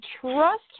trust